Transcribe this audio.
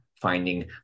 finding